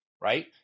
right